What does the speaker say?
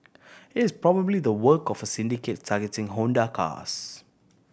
it is probably the work of a syndicate targeting Honda cars